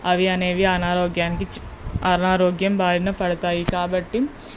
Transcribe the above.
అవి అనేవి అనారోగ్యానికి చిక్ అనారోగ్యం బారిన పడతాయి కాబట్టి